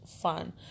fun